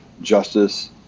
justice